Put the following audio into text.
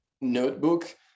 notebook